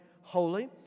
holy